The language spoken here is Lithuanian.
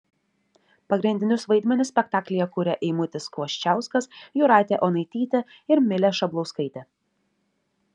pagrindinius vaidmenis spektaklyje kuria eimutis kvoščiauskas jūratė onaitytė ir milė šablauskaitė